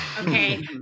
Okay